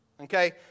Okay